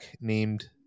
named